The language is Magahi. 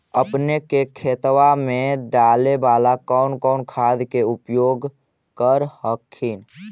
अपने के खेतबा मे डाले बाला कौन कौन खाद के उपयोग कर हखिन?